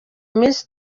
minsi